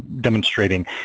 demonstrating